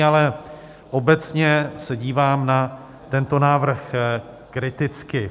Ale obecně se dívám na tento návrh kriticky.